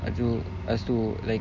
lepas tu lepas tu like